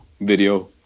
video